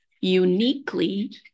uniquely